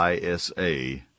ISA